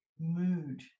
mood